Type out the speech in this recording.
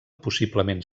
possiblement